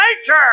nature